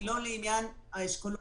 הוא לא לעניין האשכולות.